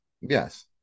yes